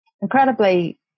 incredibly